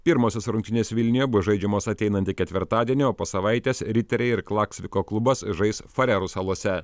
pirmosios rungtynės vilniuje bus žaidžiamos ateinantį ketvirtadienį o po savaitės riteriai ir klaksviko klubas žais farerų salose